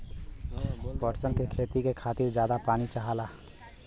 पटसन के खेती के खातिर जादा पानी चाहला